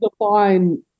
define